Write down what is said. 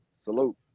Salute